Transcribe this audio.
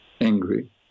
angry